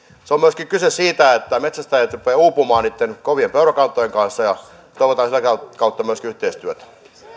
määrärahoja on myöskin kyse siitä että metsästäjät rupeavat uupumaan niitten kovien peurakantojen kanssa ja toivotaan sitä kautta myöskin yhteistyötä